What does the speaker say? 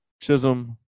Chisholm